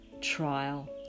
trial